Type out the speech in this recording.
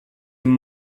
den